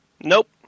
Nope